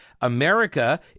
America